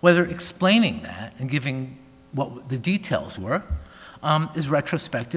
whether explaining that and giving what the details were is retrospect